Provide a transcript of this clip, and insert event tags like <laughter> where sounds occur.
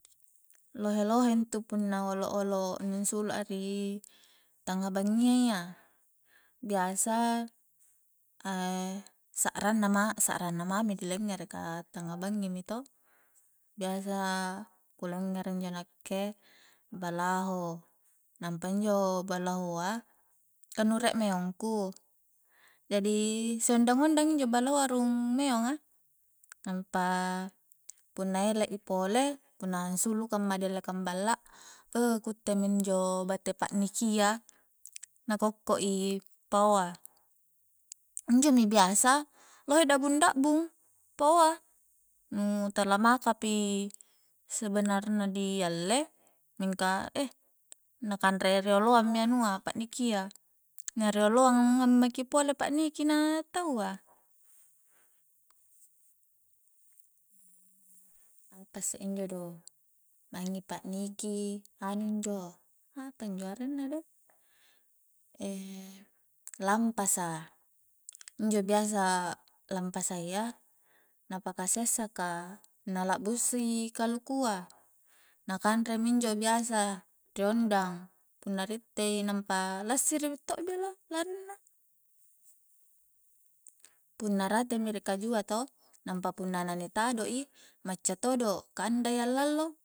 Lohe-lohe intu punna olo-olo nu ansulu a ri tangnga bangngia iya biasa <hesitation> sa'rang na ma- sa'rang na mami di lengngere ka tangnga bangngi mi to biasa kulengngere injo nakke balaho, nampa injo balahoa ka nu rie meong ku jadi si ondang-ondang injo balahoa rung meong a nampa punna ele' i pole punna ansulukang ma didellekang balla eu ku utte minjo bate pa'nikia na kokkoi pao a injomi biasa lohe da'bung-da'bung paoa nu tala maka pi sebenarna di alle mingka eih na kanre rioloang mi anua pa'nikia na rioloangngang maki pole pa'niki na taua <hesitation> apa isse injo do maingi pa'niki anunjo apanjo arenna deh <hesitation> lampasa injo biasa lampasayya na paka sessa ka na la'busi kalukua, na kanre minjo biasa ri ondang punna ri ittei nampa lassiri to'i bela larinna punna rate mi ri kajua to nampa punna na ni tado' i macca todo ka andai a'lallo